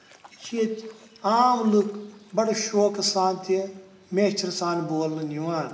یہِ چھِ ییٚتہِ عام لُکھ بَڑٕ شوقہٕ سان تہِ میچھرٕ سان بولنہٕ یِوان